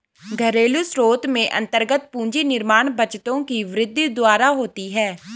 घरेलू स्रोत में अन्तर्गत पूंजी निर्माण बचतों की वृद्धि द्वारा होती है